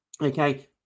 okay